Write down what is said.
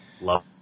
Love